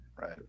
Right